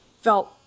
felt